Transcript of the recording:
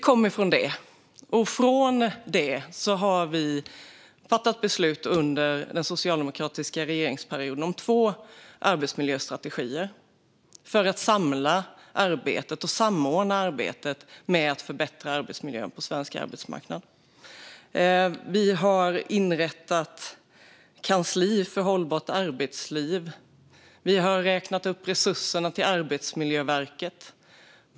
Utifrån detta har vi under den socialdemokratiska regeringsperioden fattat beslut om två arbetsmiljöstrategier för att samla och samordna arbetet med att förbättra arbetsmiljön på svensk arbetsmarknad. Vi har inrättat ett kansli för hållbart arbetsliv. Vi har räknat upp resurserna till Arbetsmiljöverket.